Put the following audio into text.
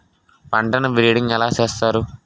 పంటను బిడ్డింగ్ ఎలా చేస్తారు?